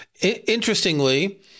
Interestingly